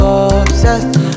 obsessed